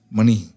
Money